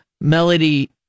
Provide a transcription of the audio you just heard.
Melody